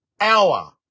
hour